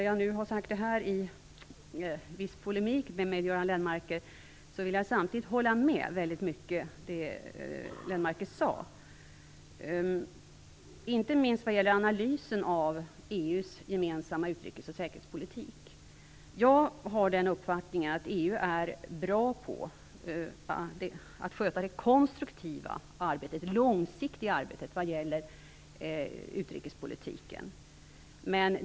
Jag har nu fört viss polemik med Göran Lennmarker, men samtidigt instämmer jag i mycket av det som Göran Lennmarker sade, inte minst vad gäller analysen av EU:s gemensamma utrikes och säkerhetspolitik. Min uppfattning är att EU är bra på att sköta det konstruktiva, långsiktiga arbetet vad gäller utrikespolitiken.